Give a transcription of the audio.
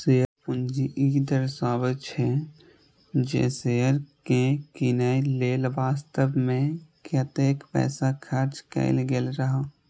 share पूंजी ई दर्शाबै छै, जे शेयर कें कीनय लेल वास्तव मे कतेक पैसा खर्च कैल गेल रहै